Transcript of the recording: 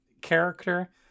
character